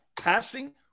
Passing